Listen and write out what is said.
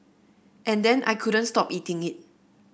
and then I couldn't stop eating it